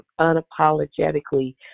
unapologetically